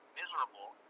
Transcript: miserable